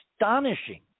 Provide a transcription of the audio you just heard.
astonishing